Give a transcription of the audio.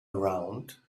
around